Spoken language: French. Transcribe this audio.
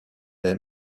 est